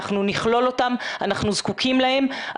אנחנו נכלול אותם, אנחנו זקוקים להם.